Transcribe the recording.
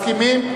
מסכימים?